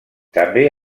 també